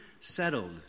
Settled